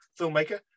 filmmaker